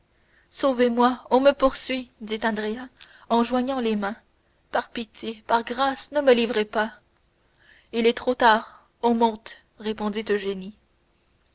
sauvez-moi on me poursuit dit andrea en joignant les mains par pitié par grâce ne me livrez pas il est trop tard on monte répondit eugénie